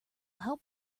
help